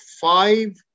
five